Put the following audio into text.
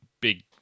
big